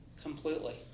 completely